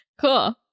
cool